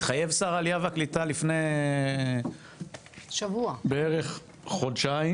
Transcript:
התחייב שר העלייה והקליטה לפני בערך חודשיים,